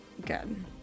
good